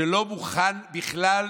שלא מוכן בכלל